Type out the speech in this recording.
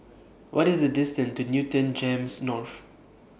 What IS The distance to Newton Gems North